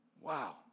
Wow